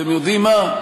אתם יודעים מה?